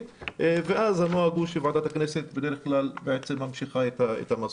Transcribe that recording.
ואז הנוהג הוא שוועדת הכנסת ממשיכה את המסורת.